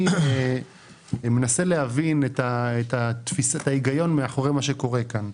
אני מנסה להבין את ההיגיון מאחורי מה שקורה כאן.